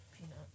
peanut